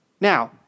Now